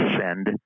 Send